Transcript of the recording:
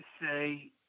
say